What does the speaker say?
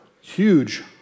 huge